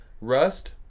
Rust